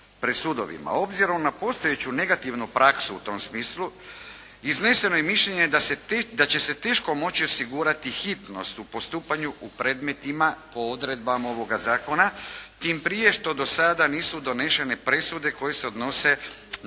Obzirom na postojeću negativnu praksu u tom smislu izneseno je mišljenje da će se teško moći osigurati hitnost u postupanju u predmetima po odredbama ovoga zakona, tim prije što do sada nisu donesene presude koje se odnose na